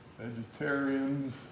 vegetarians